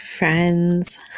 Friends